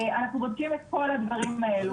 אנחנו בודקים את כל הדברים האלה.